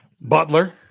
butler